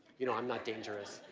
you know, i'm not dangerous.